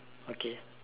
okay